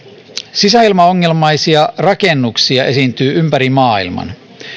sisäilmaongelmaisia rakennuksia esiintyy ympäri maailman